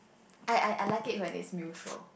I I I like it when it's mutual